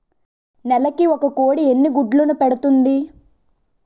నెలకి ఒక కోడి ఎన్ని గుడ్లను పెడుతుంది?